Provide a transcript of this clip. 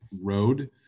road